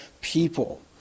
people